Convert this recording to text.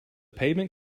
pavement